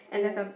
!woo!